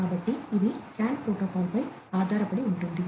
కాబట్టి ఇది CAN ప్రోటోకాల్పై ఆధారపడి ఉంటుంది